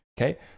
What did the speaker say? Okay